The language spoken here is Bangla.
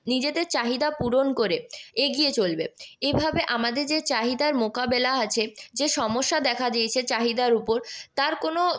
নিজেদের চাহিদা পূরণ করে এগিয়ে চলবে এভাবে আমাদের যে চাহিদার মোকাবেলা আছে যে সমস্যা দেখা দিয়েছে চাহিদার উপর তার কোনও